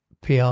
PR